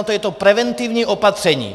To je to preventivní opatření.